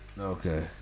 okay